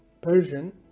Persian